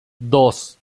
dos